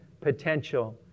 potential